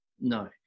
No